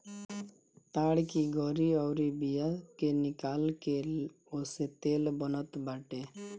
ताड़ की गरी अउरी बिया के निकाल के ओसे तेल बनत बाटे